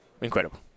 Incredible